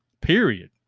Period